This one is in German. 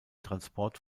transport